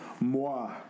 Moi